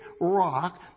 rock